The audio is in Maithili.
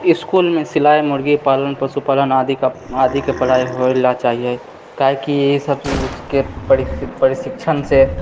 इसकुलमे सिलाइ मुर्गी पालन पशुपालन आदि कऽ आदिके पढ़ाइ होइ रहले चाहिए काहेकि एहि सभके परीक्षण प्रशिक्षणसँ